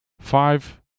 Five